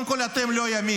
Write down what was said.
קודם כול, אתם לא ימין.